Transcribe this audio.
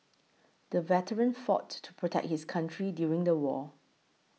the veteran fought to protect his country during the war